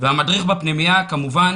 והמדריך בפנימייה כמובן